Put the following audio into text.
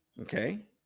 Okay